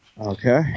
Okay